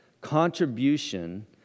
Contribution